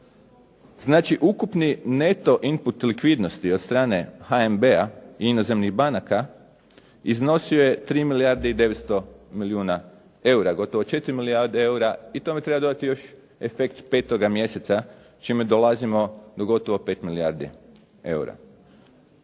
Znači, ukupni neto input likvidnosti od strane HNB-a i inozemnih banaka iznosio je 3 milijarde i 900 milijuna eura, gotovo 4 milijarde eura i tome treba dodati još efekt petoga mjeseca čime dolazimo do gotovo 5 milijardi eura.